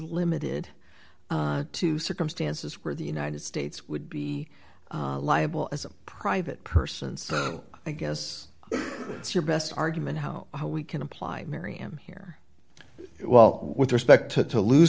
limited to circumstances where the united states would be liable as a private person so i guess that's your best argument how we can apply marry him here well with respect to to lose